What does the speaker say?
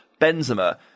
Benzema